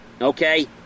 okay